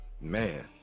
man